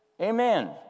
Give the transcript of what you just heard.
Amen